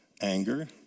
anger